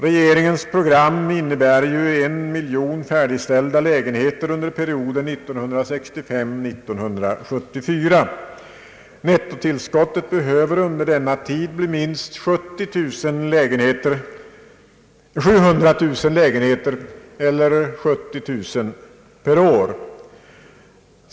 Regeringens program innebär ju en miljon färdigställda lägenheter under perioden 1965—1974. Nettotillskottet under denna tid behöver bli minst 700 000 lägenheter, alltså 70000 per år.